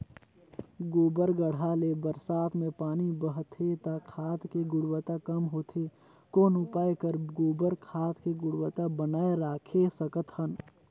गोबर गढ्ढा ले बरसात मे पानी बहथे त खाद के गुणवत्ता कम होथे कौन उपाय कर गोबर खाद के गुणवत्ता बनाय राखे सकत हन?